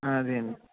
అదే అండి